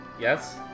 Yes